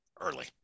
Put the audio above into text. early